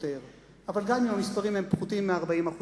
אבל גם אם הם פחותים מ-40%,